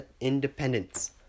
independence